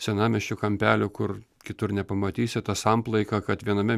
senamiesčio kampelių kur kitur nepamatysi tą samplaiką kad viename